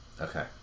Okay